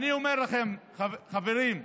אני אומר לכם, חברים.